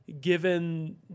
given